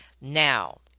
now